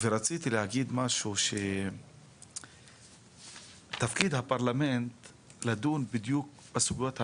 רציתי להגיד משהו שתפקיד הפרלמנט לדון בדיוק בסוגיות האלו,